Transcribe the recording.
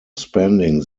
spending